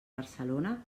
barcelona